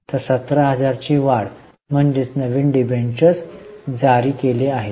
तर 17000 वाढ म्हणजेच नवीन डिबेंचर्स जारी केली जातात